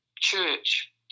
church